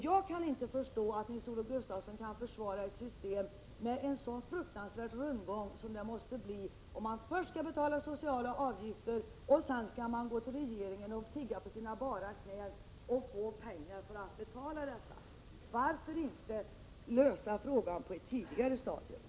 Jag kan inte förstå att Nils-Olof Gustafsson kan försvara ett system med en sådan fruktansvärd rundgång som det måste bli fråga om när man först skall betala sociala avgifter och sedan gå till regeringen och tigga pengar till att betala dessa avgifter. Varför inte lösa problemet på ett tidigare stadium?